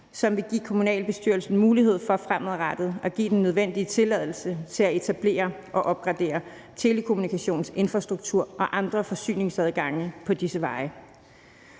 som vil give kommunalbestyrelsen mulighed for fremadrettet at give den nødvendige tilladelse til at etablere og opgradere telekommunikationsinfrastruktur og andre forsyningsadgange på disse veje.